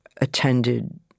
attended